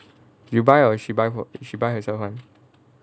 you buy or she buy fo~ she buy herself [one]